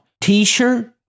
T-shirt